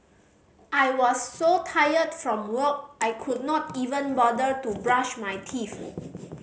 I was so tired from work I could not even bother to brush my teeth